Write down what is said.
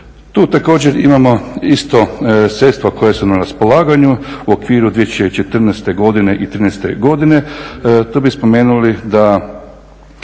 Tu također imamo isto sredstva koja su nam na raspolaganju u okviru 2014. i 2013. godine.